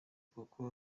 kuko